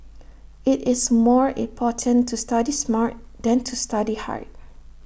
IT is more important to study smart than to study hard